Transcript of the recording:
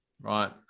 right